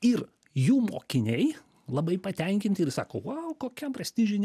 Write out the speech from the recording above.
ir jų mokiniai labai patenkinti ir sako vau kokia prestižinė